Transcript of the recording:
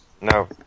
No